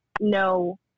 no